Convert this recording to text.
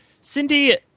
Cindy